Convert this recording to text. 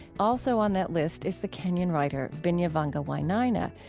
also on that list is the kenyan writer binyavanga wainaina,